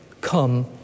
come